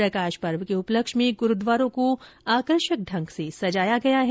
प्रकाश पर्व के उपलक्ष में गुरूद्वारों को आकर्षक ढंग से सजाया गया है